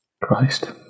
Christ